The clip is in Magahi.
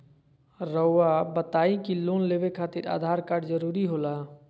रौआ बताई की लोन लेवे खातिर आधार कार्ड जरूरी होला?